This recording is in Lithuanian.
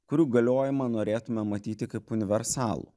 kurių galiojimą norėtume matyti kaip universalų